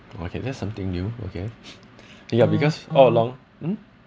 okay that's something new okay ya because all along